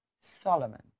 Solomon